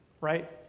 right